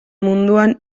munduan